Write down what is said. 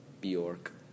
Bjork